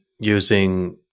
using